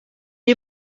est